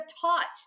taught